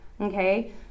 Okay